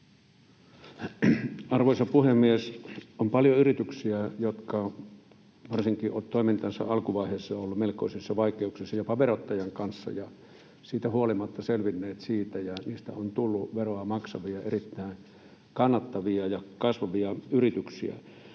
Arvoisa puhemies! On paljon yrityksiä, jotka ovat varsinkin toimintansa alkuvaiheessa olleet melkoisissa vaikeuksissa jopa verottajan kanssa ja siitä huolimatta selvinneet siitä. Niistä on tullut veroa maksavia, erittäin kannattavia ja kasvavia yrityksiä.